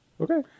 Okay